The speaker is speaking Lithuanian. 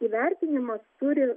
įvertinimas turi